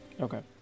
okay